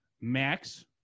Max